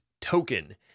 token